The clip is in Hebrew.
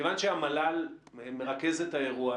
מכיוון שהמל"ל מרכז את האירוע,